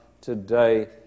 today